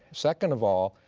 second of all,